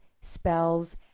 spells